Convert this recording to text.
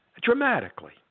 dramatically